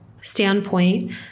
standpoint